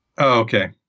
okay